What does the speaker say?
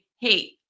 hey